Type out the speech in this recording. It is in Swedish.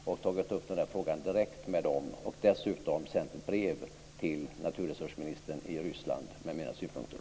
Jag har tagit upp denna fråga direkt med dem, och jag har dessutom sänt ett brev till naturresursministern i Ryssland med mina synpunkter.